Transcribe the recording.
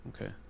Okay